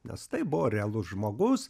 nes tai buvo realus žmogus